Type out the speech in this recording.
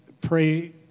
pray